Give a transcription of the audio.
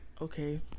okay